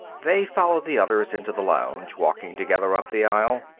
they followed the others into the lounge, walking together up the aisle.